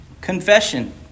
Confession